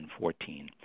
2014